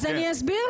אז אני אסביר.